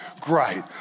Great